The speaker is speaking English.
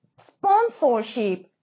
sponsorship